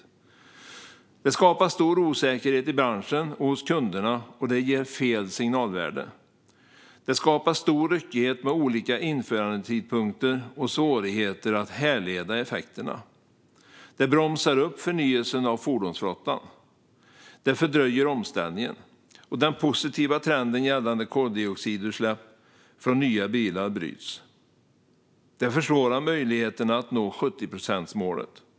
Bil Sweden skriver att det skapar en stor osäkerhet i branschen och hos kunderna och ger fel signalvärde. Vidare skriver man att det skapar stor ryckighet med olika införandetidpunkter och svårigheter att härleda effekterna och att det bromsar upp förnyelsen av fordonsflottan och fördröjer omställningen. Den positiva trenden gällande koldioxidutsläpp från nya bilar bryts, vilket försvårar möjligheterna att nå 70-procentsmålet, menar man.